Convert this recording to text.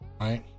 right